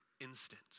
instant